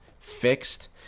fixed